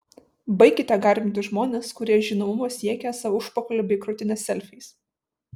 baikite garbinti žmones kurie žinomumo siekia savo užpakalio bei krūtinės selfiais